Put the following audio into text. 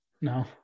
No